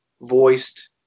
voiced